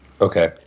Okay